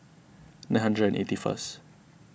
nine hundred and eighty first